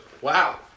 Wow